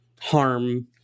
harm